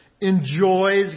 enjoys